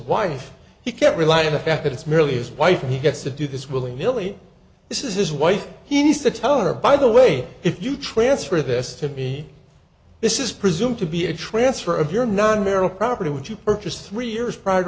wife he can't rely on the fact that it's merely his wife and he gets to do this willy nilly this is his wife he needs to tell her by the way if you transfer this to me this is presumed to be a transfer of your none marital property which you purchased three years prior to